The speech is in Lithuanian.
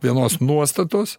vienos nuostatos